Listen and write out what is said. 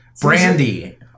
Brandy